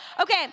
Okay